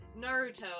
Naruto